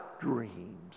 dreams